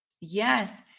Yes